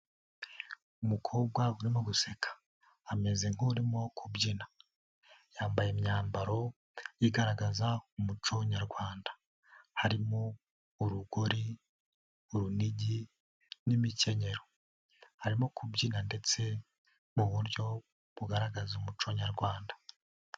Umukobwa urimo guseka, ameze nk'urimo kubyina, yambaye imyambaro igaragaza umuco Nyarwanda, harimo urugori, urunigi n'imikenyero, arimo kubyina ndetse muburyo bugaragaza umuco Nyarwanda.